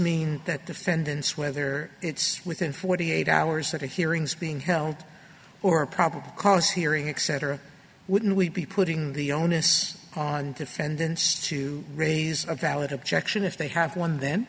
mean that defendants whether it's within forty eight hours of hearings being held or a probable cause hearing accent or wouldn't we be putting the onus on defendants to raise a valid objection if they have one then